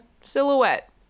silhouette